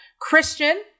Christian